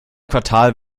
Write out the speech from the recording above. quartal